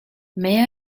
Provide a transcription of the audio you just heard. may